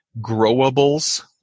Growables